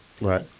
Right